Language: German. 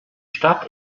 stadt